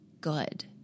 good